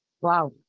Wow